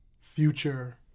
future